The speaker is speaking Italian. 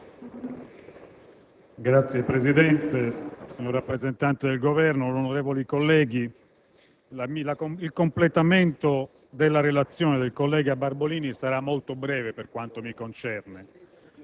Signor Presidente, signor rappresentante del Governo, onorevoli colleghi, il completamento della relazione del collega Barbolini sarà molto breve, per quanto mi concerne.